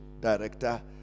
director